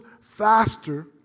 faster